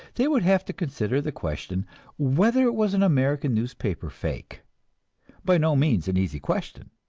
they would have to consider the question whether it was an american newspaper fake by no means an easy question.